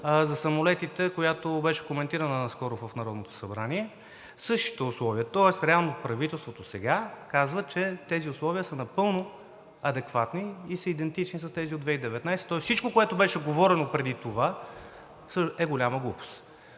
за самолетите, която беше коментирана наскоро в Народното събрание – същите условия. Тоест реално правителството сега казва, че тези условия са напълно адекватни и са идентични с тези от 2019 г. Тоест всичко, което беше говорено преди това, е голяма глупост.